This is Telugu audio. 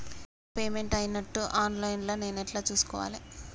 నా పేమెంట్ అయినట్టు ఆన్ లైన్ లా నేను ఎట్ల చూస్కోవాలే?